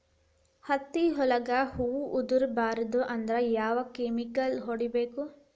ಹತ್ತಿ ಒಳಗ ಹೂವು ಉದುರ್ ಬಾರದು ಅಂದ್ರ ಯಾವ ಕೆಮಿಕಲ್ ಹೊಡಿಬೇಕು?